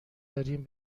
داریم